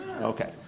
Okay